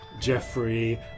Jeffrey